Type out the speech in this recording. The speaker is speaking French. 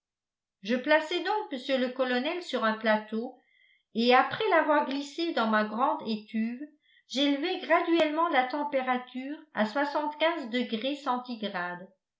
je plaçai donc mr le colonel sur un plateau et après l'avoir glissé dans ma grande étuve j'élevai graduellement la température à degrés